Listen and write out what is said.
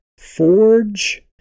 forge